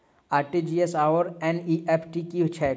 RTGS आओर NEFT की छैक?